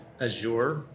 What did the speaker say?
Azure